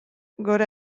gora